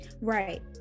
right